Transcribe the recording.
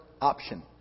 option